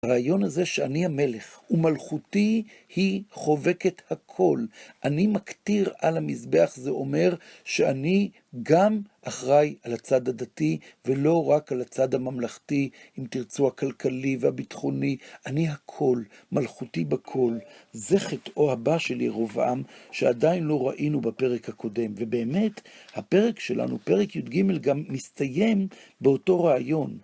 הרעיון הזה שאני המלך ומלכותי, היא חובקת הכל. אני מקתיר על המזבח, זה אומר שאני גם אחראי על הצד הדתי, ולא רק על הצד הממלכתי, אם תרצו, הכלכלי והביטחוני. אני הכל, מלכותי בכל. זה חטאו הבא שלי, רובעם, שעדיין לא ראינו בפרק הקודם. ובאמת, הפרק שלנו, פרק יג', גם, מסתיים באותו רעיון.